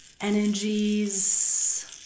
energies